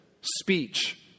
speech